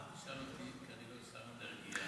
אל תשאל אותי, כי אני לא שר האנרגיה.